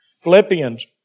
Philippians